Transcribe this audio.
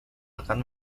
akan